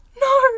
No